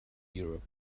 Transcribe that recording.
europe